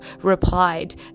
replied